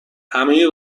همه